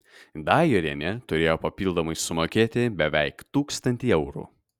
dajorienė turėjo papildomai sumokėti beveik tūkstantį eurų